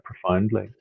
profoundly